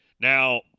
Now